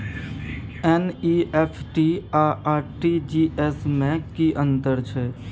NEFT आ RTGS में की अन्तर छै?